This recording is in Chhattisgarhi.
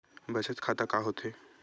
बचत खाता का होथे?